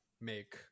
make